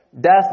death